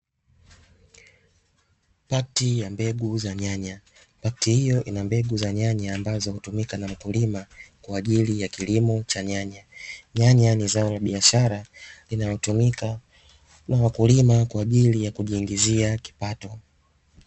Paketi ya mbegu za nyanya paketi hiyo hutumika kuweka mbegu za nyanya ambazo hutumika na mkulima kwa ajili ya kilimo cha nyanya, nyanya ni zao la biashara linalotumika na wakulima kwa ajili ya kujiingizia kipato.